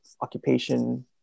occupation